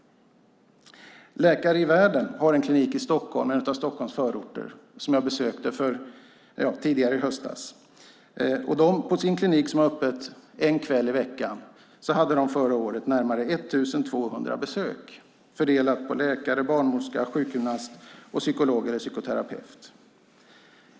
Läkare i världen har en klinik i en av Stockholms förorter som jag besökte tidigare i höstas. På sin klinik som har öppet en kväll i veckan hade de förra året närmare 1 200 besök fördelat på läkare, barnmorska, sjukgymnast, psykolog och psykoterapeut.